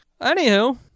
Anywho